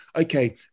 okay